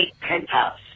penthouse